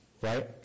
Right